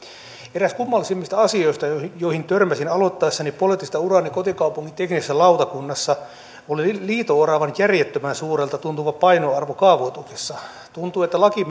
eräs kummallisimmista asioista joihin joihin törmäsin aloittaessani poliittista uraani kotikaupunkini teknisessä lautakunnassa oli liito oravan järjettömän suurelta tuntuva painoarvo kaavoituksessa tuntui että laki